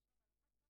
אני חושבת שכן.